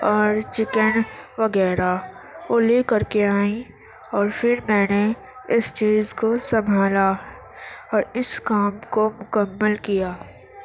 اور چکن وغیرہ وہ لے کر کے آئیں اور پھر میں نے اس چیز کو سنبھالا اور اس کام کو مکمل کیا